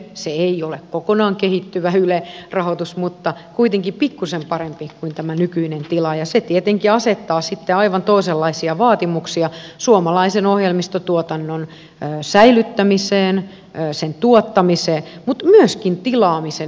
se ei ole kokonaan kehittyvä yle rahoitus mutta kuitenkin pikkuisen parempi kuin tämä nykyinen tila ja se tietenkin asettaa sitten aivan toisenlaisia vaatimuksia suomalaisen ohjelmistotuotannon säilyttämiseen sen tuottamiseen mutta myöskin tilaamiseen